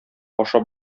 ашап